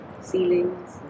ceilings